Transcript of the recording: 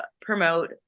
promote